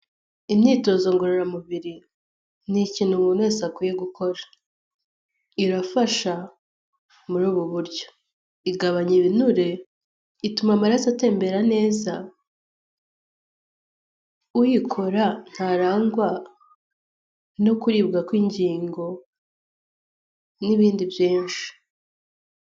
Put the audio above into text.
Imyitozo ngororamubiri ni ikintu umuntu wese akwiye gukora irafasha muri ubu buryo, igabanya ibinure, ituma amaraso atembera neza, uyikora ntarangwa no kuribwa kw'ingingo n'ibindi byinshi.